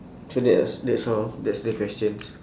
so that is that's all that's the questions